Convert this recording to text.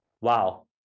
wow